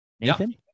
Nathan